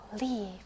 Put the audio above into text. leave